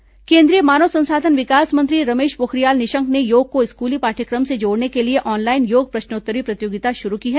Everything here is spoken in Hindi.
योग प्रश्नोत्तरी केंद्रीय मानव संसाधन विकास मंत्री रमेश पोखरियाल निशंक ने योग को स्कूली पाठ्यक्रम से जोड़ने के लिए ऑनलाइन योग प्रश्नोत्तरी प्रतियोगिता शुरू की है